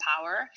power